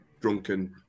drunken